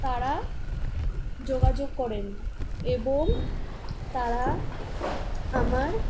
তারা যোগাযোগ করেন এবং তারা আমার